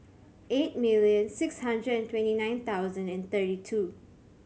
eight million six hundred and twenty nine thousand and twenty two